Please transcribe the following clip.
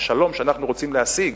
השלום שאנחנו רוצים להשיג,